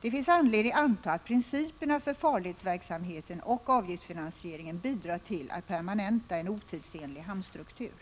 Det finns anledning anta att principerna för farledsverksamheten och avgiftsfinansieringen bidrar till att permanenta en otidsenlig hamnstruktur.